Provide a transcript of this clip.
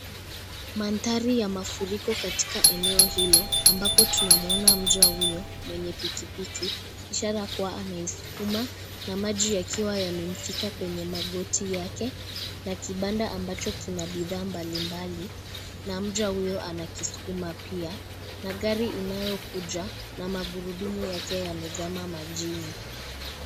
Mandhari ya mafuriko katika eneo hilo, ambapo tunamwona mcha huyo mwenye pikipiki, ishara kuwa anaisukuma na maji yakiwa yamemfika kwenye magoti yake, na kipanda ambacho kina bidhaa mbalimbali na mcha huyo anakisukuma pia na gari inayokuja na magurudumu yake yamezama majini.